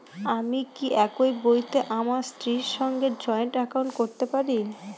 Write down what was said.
আমি কি একই বইতে আমার স্ত্রীর সঙ্গে জয়েন্ট একাউন্ট করতে পারি?